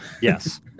yes